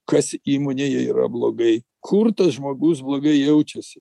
kas įmonėje yra blogai kur tas žmogus blogai jaučiasi